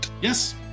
Yes